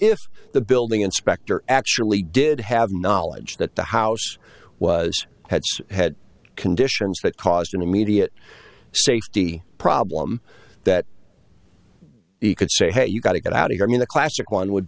if the building inspector actually did have knowledge that the house was had had conditions that caused an immediate safety problem that he could say hey you got to get out of i mean the classic one would